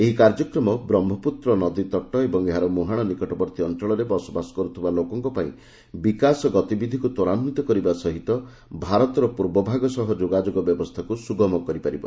ଏହି କାର୍ଯ୍ୟକ୍ରମ ବ୍ରହ୍ମପୁତ୍ର ନଦୀତଟ ଓ ଏହାର ମୁହାଣ ନିକଟବର୍ତ୍ତୀ ଅଞ୍ଚଳରେ ବସବାସ କରୁଥିବା ଲୋକମାନଙ୍କ ପାଇଁ ବିକାଶ ଗତିବିଧିକୁ ତ୍ୱରାନ୍ୱିତ କରିବା ସହିତ ଭାରତର ପୂର୍ବଭାଗ ସହ ଯୋଗାଯୋଗ ବ୍ୟବସ୍ଥାକୁ ସୁଗମ କରିପାରିବ